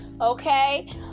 Okay